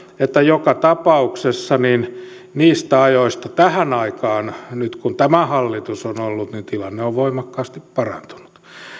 että joka tapauksessa niistä ajoista tähän aikaan nyt kun tämä hallitus on ollut tilanne on voimakkaasti parantunut